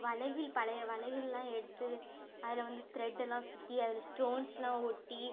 வளையில் பழைய வளையல்லாம் எடுத்து அதில் வந்து த்ரெட்டெல்லாம் சுற்றி அதில் ஸ்டோன்ஸ்லாம் ஒட்டி